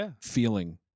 feeling